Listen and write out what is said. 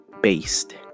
based